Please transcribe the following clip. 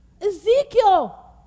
Ezekiel